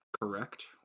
correct